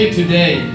today